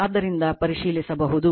ಆದ್ದರಿಂದ ಪರಿಶೀಲಿಸಬಹುದು